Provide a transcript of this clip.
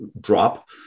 drop